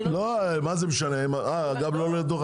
לא, מה זה משנה, אה גם לא להיות נוכח.